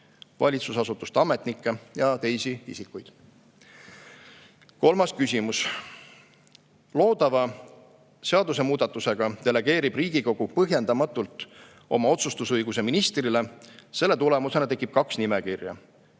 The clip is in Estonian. valitsusasutuste ametnikke ja teisi isikuid. Kolmas küsimus: "Loodava seadusemuudatusega delegeerib Riigikogu põhjendamatult oma otsustusõiguse ministrile. Selle tulemusena tekib kaks nimekirja,